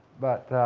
but